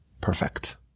perfect